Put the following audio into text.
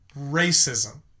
Racism